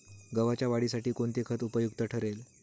गव्हाच्या वाढीसाठी कोणते खत उपयुक्त ठरेल?